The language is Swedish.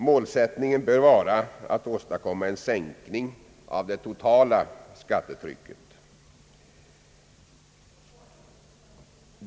Målsättningen bör vara att åstadkomma en sänkning av det totala skattetrycket.